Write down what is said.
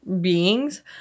beings